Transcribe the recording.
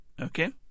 okay